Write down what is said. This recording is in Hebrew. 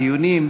דיונים,